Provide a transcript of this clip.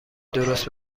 درست